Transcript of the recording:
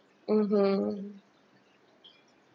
mmhmm